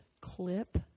clip